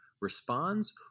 responds